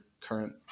current